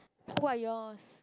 who are yours